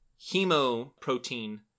hemoprotein